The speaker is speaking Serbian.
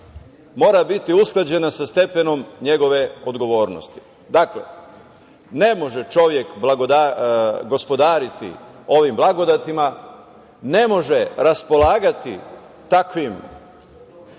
mora biti usklađena sa stepenom njegove odgovornosti. Dakle, ne može čovek gospodariti ovim blagodatima, ne može raspolagati takvim